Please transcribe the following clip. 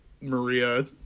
Maria